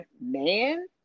man